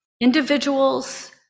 individuals